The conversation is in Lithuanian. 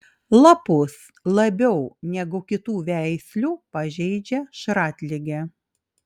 lapus labiau negu kitų veislių pažeidžia šratligė